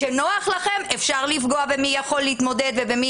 כשנוח לכם אפשר לפגוע במי יכול להתמודד ובמי